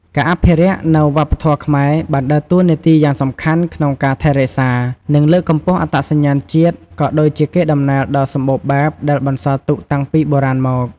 ការអភិរក្សនៅវប្បធម៌ខ្មែរ បានដើរតួនាទីយ៉ាងសំខាន់ក្នុងការថែរក្សា និងលើកកម្ពស់អត្តសញ្ញាណជាតិ ក៏ដូចជាកេរដំណែលដ៏សម្បូរបែបដែលបន្សល់ទុកតាំងពីបុរាណមក។